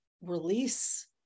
release